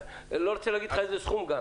כשאני לא רוצה להגיד לך איזה סכום.